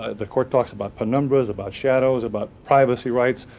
ah the court talks about penumbras, about shadows, about privacy rights,